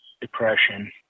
depression